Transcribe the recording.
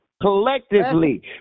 Collectively